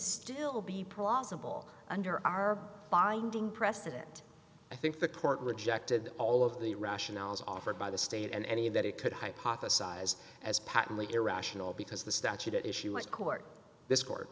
still be plausible under our binding precedent i think the court rejected all of the rationales offered by the state and any that it could hypothesize as patently irrational because the statute at issue was court this court